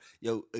Yo